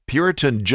Puritan